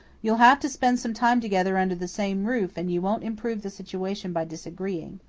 you'll have to spend some time together under the same roof and you won't improve the situation by disagreeing.